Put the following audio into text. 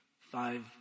five